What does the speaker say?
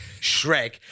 Shrek